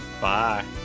Bye